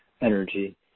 energy